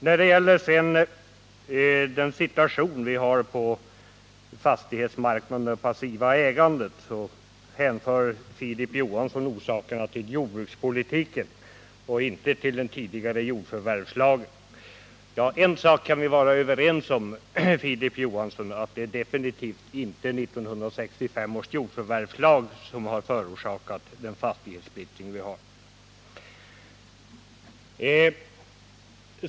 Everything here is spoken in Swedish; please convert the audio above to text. När det gäller den situation vi har på fastighetsmarknaden och det passiva ägandet hänför Filip Johansson orsakerna till jordbrukspolitiken och inte till den tidigare jordförvärvslagen. En sak kan vi vara överens om, Filip Johansson, att det definitivt inte är 1965 års jordförvärvslag som har förorsakat den fastighetssplittring vi har.